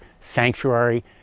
sanctuary